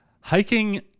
hiking